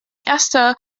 erster